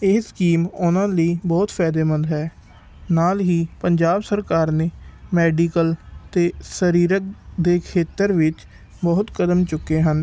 ਇਹ ਸਕੀਮ ਉਹਨਾਂ ਲਈ ਬਹੁਤ ਫਾਇਦੇਮੰਦ ਹੈ ਨਾਲ ਹੀ ਪੰਜਾਬ ਸਰਕਾਰ ਨੇ ਮੈਡੀਕਲ ਅਤੇ ਸਰੀਰਕ ਦੇ ਖੇਤਰ ਵਿੱਚ ਬਹੁਤ ਕਦਮ ਚੁੱਕੇ ਹਨ